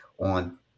on